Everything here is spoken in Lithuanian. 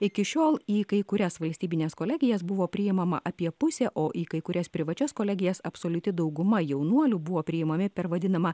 iki šiol į kai kurias valstybines kolegijas buvo priimama apie pusė o į kai kurias privačias kolegijas absoliuti dauguma jaunuolių buvo priimami per vadinamą